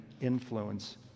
influence